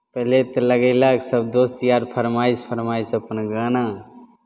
पहिले तऽ लगयलक सभ दोस्त यार फरमाइश फरमाइश अपन गाना